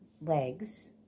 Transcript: legs